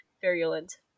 virulent